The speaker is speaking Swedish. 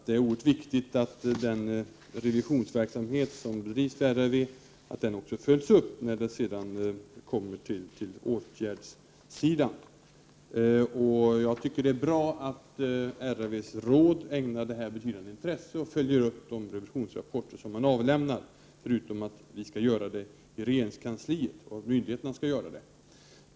Det är oerhört viktigt att den revisionsverksamhet som bedrivs på RRV också följs upp när det kommer till åtgärdssidan. Jag tycker att det är bra att RRV ägnar detta ett betydande intresse och följer upp de revisionsrapporter man avlämnar, förutom att vi i regeringskansliet och även myndigheterna skall göra det.